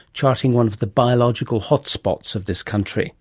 charting one of the biological hotspots of this country